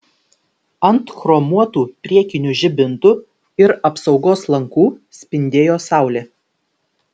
ant chromuotų priekinių žibintų ir apsaugos lankų spindėjo saulė